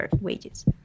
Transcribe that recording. wages